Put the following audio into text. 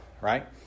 right